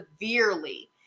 severely